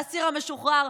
האסיר המשוחרר,